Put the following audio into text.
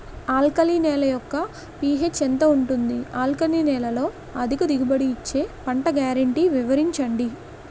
Alkali నేల యెక్క pH ఎంత ఉంటుంది? ఆల్కలి నేలలో అధిక దిగుబడి ఇచ్చే పంట గ్యారంటీ వివరించండి?